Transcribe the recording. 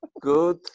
good